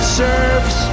serves